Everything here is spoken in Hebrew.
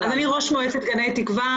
אני ראש מועצת גנית קווה.